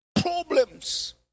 problems